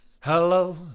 Hello